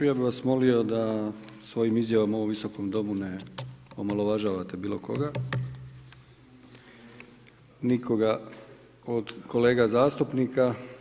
Ja bih vas molio da svojim izjavama u ovom Visokom domu ne omalovažavate bilo koga, nikoga od kolega zastupnika.